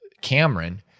Cameron